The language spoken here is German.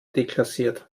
deklassiert